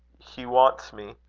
he wants me.